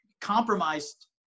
compromised